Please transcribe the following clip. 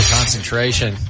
concentration